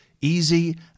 easy